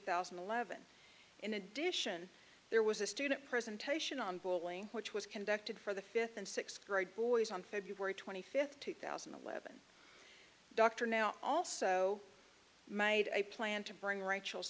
thousand and eleven in addition there was a student presentation on bowling which was conducted for the fifth and sixth grade boys on february twenty fifth two thousand and eleven dr now also made a plan to bring rachel